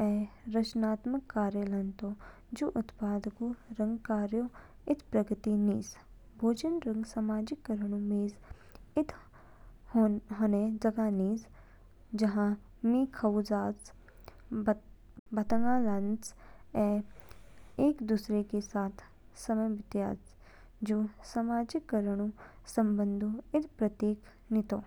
ऐ रचनात्मक कार्य लान्तो। जू उत्पादकताऊ रंग कार्यऊ इद प्रतीक निज। भोजन रंग सामाजिककरण मेज़ इद होने जगह निज जहाँ मी खाऊ जाज, बातागो लान्च ऐ एक दूसरे के साथ समय बितयाते। जू सामाजिककरणऊ संबंधों इद प्रतीक नितो।